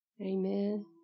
Amen